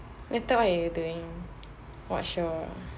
later what you doing ah watch show ah